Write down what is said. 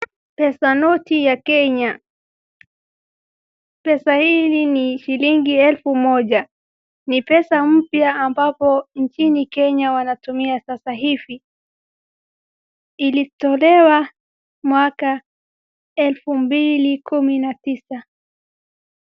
Pesa noti ya kenya, pesa hili ni shilingi elfu moja. Ni pesa mpya ambapo nchini Kenya wanatumia sasa hivi. Ilitolewa mwaka elfu mbili kumi na tisa.